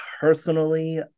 personally